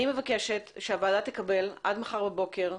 אני מבקשת שהוועדה תקבל עד מחר בבוקר,